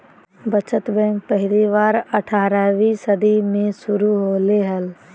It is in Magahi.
बचत बैंक पहली बार अट्ठारहवीं सदी में शुरू होले हल